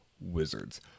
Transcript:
wizards